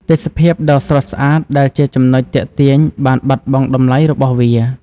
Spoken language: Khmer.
ទេសភាពដ៏ស្រស់ស្អាតដែលជាចំណុចទាក់ទាញបានបាត់បង់តម្លៃរបស់វា។